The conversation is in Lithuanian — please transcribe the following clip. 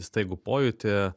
staigų pojūtį